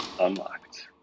Unlocked